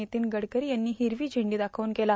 नितीन गडकरी यां नी हिरवी झडी दाखवू न के ला